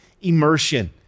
immersion